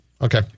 Okay